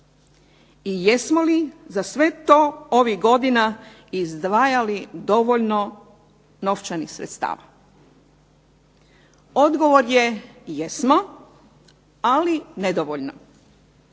I jesmo li za sve to ovih godina izdvajali dovoljno novčanih sredstava. Odgovor je jesmo, ali nedovoljno